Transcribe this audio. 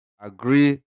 agree